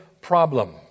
problem